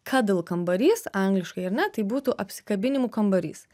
kadl kambarys angliškai ar ne tai būtų apsikabinimų kambarys